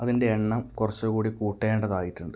അതിന്റെ എണ്ണം കുറച്ചുകൂടി കൂട്ടേണ്ടതായിട്ടുണ്ട്